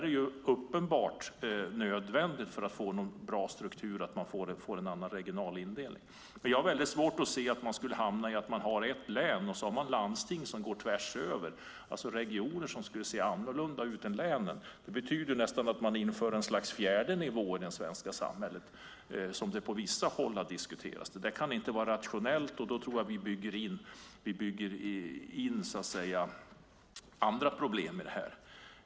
Det är uppenbart nödvändigt för att få en bra struktur att få en annan regionalindelning. Jag har svårt att se att man skulle hamna i att ha ett län men ett landsting som går tvärs över, alltså regioner som ser annorlunda ut än länen. Det betyder att man inför ett slags fjärde nivå i det svenska samhället, som det på vissa håll har diskuterats. Det kan inte vara rationellt, och då bygger vi in andra problem.